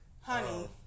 Honey